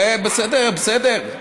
בסדר, בסדר.